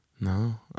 No